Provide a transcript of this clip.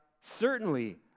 Certainly